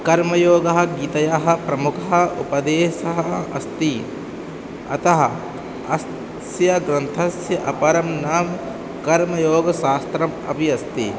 कर्मयोगः गीतायाः प्रमुखः उपदेशः अस्ति अतः अस्य ग्रन्थस्य अपरं नाम कर्मयोगशास्त्रम् अपि अस्ति